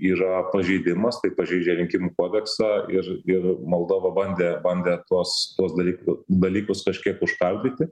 yra pažeidimas tai pažeidžia rinkimų kodeksą ir ir moldova bandė bandė tuos tuos dalyku dalykus kažkiek užkardyti